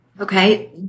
Okay